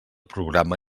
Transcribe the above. programa